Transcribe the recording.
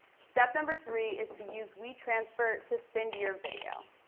step number three is to use wetransfer to send your video.